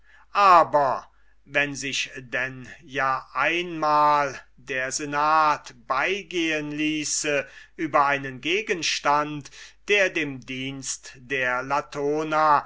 aber wenn sich denn ja einmal der senat beigehen ließe über einen gegenstand der dem dienst der latona